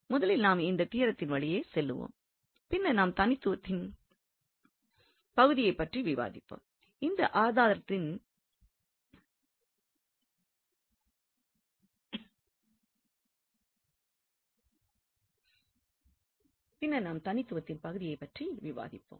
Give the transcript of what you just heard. முதலில் நாம் இந்த தியரத்தின் வழி செல்வோம் பின்னர் நாம் தனித்துவத்தின் பகுதியை பற்றி விவாதிப்போம்